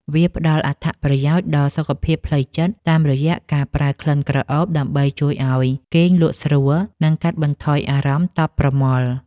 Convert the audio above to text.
វាផ្ដល់អត្ថប្រយោជន៍ដល់សុខភាពផ្លូវចិត្តតាមរយៈការប្រើក្លិនក្រអូបដើម្បីជួយឱ្យគេងលក់ស្រួល និងកាត់បន្ថយអារម្មណ៍តប់ប្រមល់។